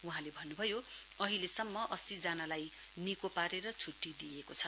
वहाँले भन्नभयो अहिलेसम्म अस्सी जनालाई निको पारेर छुट्टी दिइएको छ